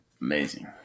amazing